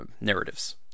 narratives